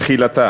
תחילתה